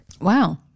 wow